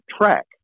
Track